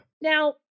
Now